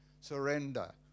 surrender